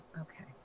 Okay